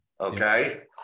Okay